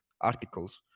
articles